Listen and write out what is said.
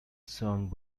song